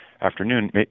afternoon